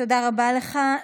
תודה רבה לך.